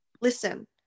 Listen